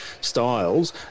styles